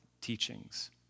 teachings